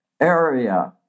area